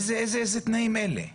איזה תנאים אלה באוהל?